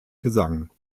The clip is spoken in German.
gesang